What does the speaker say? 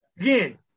Again